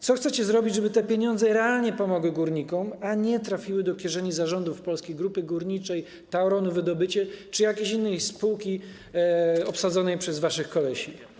Co chcecie zrobić, żeby te pieniądze realnie pomogły górnikom, a nie trafiły do kieszeni zarządów Polskiej Grupy Górniczej, Tauronu Wydobycie czy jakiejś innej spółki obsadzonej przez waszych kolesi.